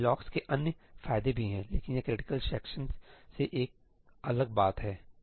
locks के अन्य फायदे भी हैं लेकिन यह क्रिटिकल सेक्शन से एक अलग बात है